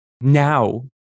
now